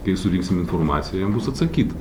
kai surinksim informaciją jam bus atsakyta